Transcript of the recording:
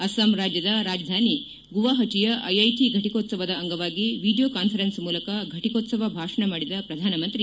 ಅಸ್ಲಾಂ ರಾಜ್ಯದ ರಾಜಧಾನಿ ಗುವಾಪಟಿಯ ಐಐಟಿ ಫಟಿಕೋತ್ಸವದ ಅಂಗವಾಗಿ ವಿಡಿಯೋ ಕಾನ್ವರೆನ್ಸ್ ಮೂಲಕ ಫಟಿಕೋಶ್ಲವ ಭಾಷಣ ಮಾಡಿದ ಪ್ರಧಾನಮಂತ್ರಿ